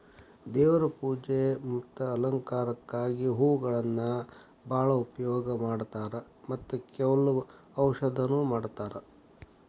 ದೇವ್ರ ಪೂಜೆ ಮತ್ತ ಅಲಂಕಾರಕ್ಕಾಗಿ ಹೂಗಳನ್ನಾ ಬಾಳ ಉಪಯೋಗ ಮಾಡತಾರ ಮತ್ತ ಕೆಲ್ವ ಔಷಧನು ಮಾಡತಾರ